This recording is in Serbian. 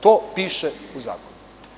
To piše u zakonu.